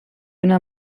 una